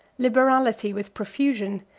liberality with profusion,